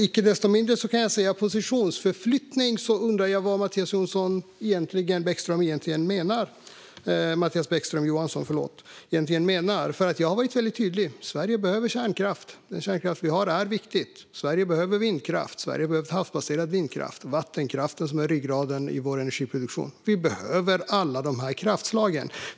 Icke desto mindre undrar jag vad Mattias Bäckström Johansson egentligen menar med positionsförflyttning. Jag har varit väldigt tydlig. Sverige behöver kärnkraft. Den kärnkraft vi har är viktig. Sverige behöver vindkraft, havsbaserad vindkraft och vattenkraft, som är ryggraden i vår energiproduktion. Vi behöver alla de här kraftslagen.